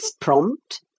prompt